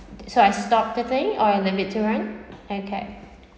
so I stop the thing or in the mid to run